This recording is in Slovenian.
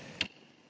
Hvala.